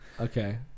okay